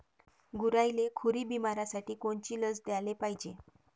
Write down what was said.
गुरांइले खुरी बिमारीसाठी कोनची लस द्याले पायजे?